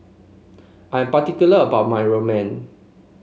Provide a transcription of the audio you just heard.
I'm particular about my Ramen